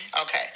okay